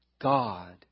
God